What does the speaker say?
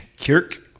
kirk